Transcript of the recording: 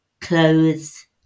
clothes